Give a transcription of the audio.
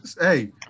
Hey